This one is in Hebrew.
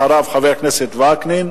אחריו, חבר הכנסת יצחק וקנין,